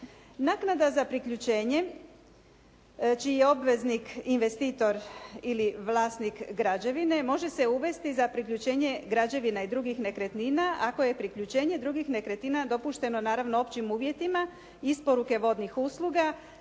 Naknada za priključenje čiji je obveznik investitor ili vlasnik građevine, može se uvesti za priključenje građevina i drugih nekretnina ako je priključenje drugih nekretnina dopušteno naravno općim uvjetima isporuke vodnih usluga